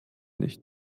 nicht